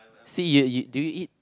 see you do you eat